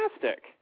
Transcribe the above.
fantastic